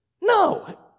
No